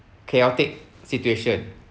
chaotic situation